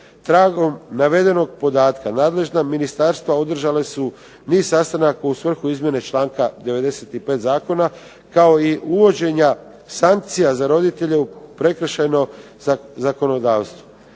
Tragom navedenog podatka nadležna ministarstva održala su niz sastanaka u svrhu izmjene članka 95. zakona, kao i uvođenja sankcija za roditelje u prekršajno zakonodavstvo.